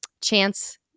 Chance